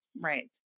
Right